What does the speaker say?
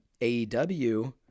AEW